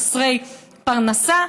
חסרי פרנסה,